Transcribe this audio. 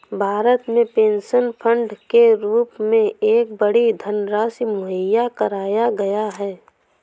भारत में pension fund के रूप में एक बड़ी धनराशि मुहैया कराया गया है